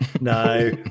no